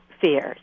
fears